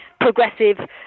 progressive